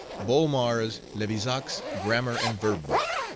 bolmar's levizac's grammar and verb book.